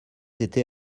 été